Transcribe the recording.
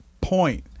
point